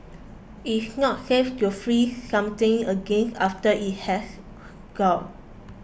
it is not safe to freeze something again after it has thawed